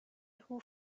who